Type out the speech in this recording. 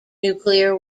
nuclear